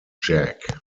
jack